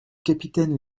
capitaine